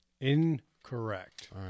Incorrect